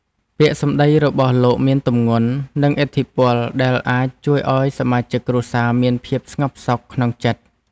ពាក្យសម្តីរបស់លោកមានទម្ងន់ និងឥទ្ធិពលដែលអាចជួយឱ្យសមាជិកគ្រួសារមានភាពស្ងប់សុខក្នុងចិត្ត។